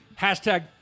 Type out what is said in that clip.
Hashtag